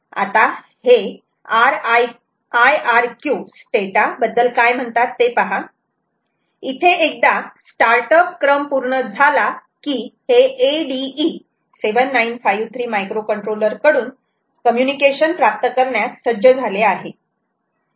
आता हे आयआरक्यू स्टेटा बद्दल काय म्हणतात ते पहा एकदा स्टार्टअप क्रम पूर्ण झाला की हे ADE7953 मायक्रोकंट्रोलर कडून कम्युनिकेशन प्राप्त करण्यास सज्ज झाले आहे